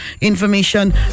information